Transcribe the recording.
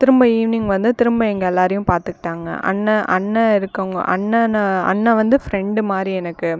திரும்ப ஈவினிங் வந்து திரும்ப எங்கள் எல்லாரையும் பார்த்துக்கிட்டாங்க அண்ணன் அண்ணன் இருக்காங்கள் அண்ணன் அண்ணன் வந்து ஃப்ரெண்டு மாதிரி எனக்கு